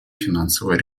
финансового